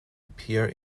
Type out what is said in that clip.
appear